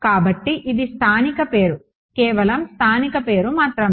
కాబట్టి ఇది స్థానిక పేరు కేవలం స్థానిక పేరు మాత్రమే